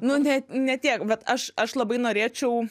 nu ne ne tiek vat aš aš labai norėčiau